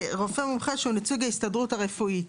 רופא מומחה שהוא נציג ההסתדרות הרפואית.